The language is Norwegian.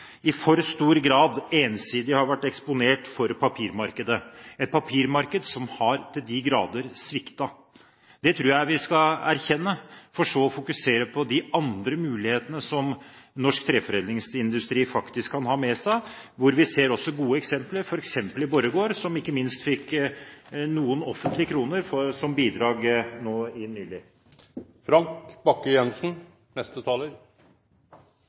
i for stor grad ensidig har vært eksponert for papirmarkedet – et papirmarked som til de grader har sviktet. Det tror jeg vi skal erkjenne, for så å fokusere på de andre mulighetene som norsk treforedlingsindustri faktisk kan ha med seg, hvor vi også ser gode eksempler, f.eks. Borregaard, som fikk noen offentlige kroner som bidrag nå nylig. Neste talar er Frank